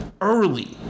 Early